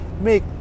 make